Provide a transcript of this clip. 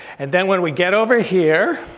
and then when we get over here.